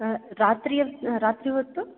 ರಾತ್ರಿ ರಾತ್ರಿ ಹೊತ್ತು